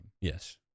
Yes